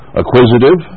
acquisitive